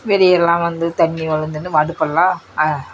வெளியெலாம் வந்து தண்ணி வழிந்துன்னு அடுப்பெல்லாம்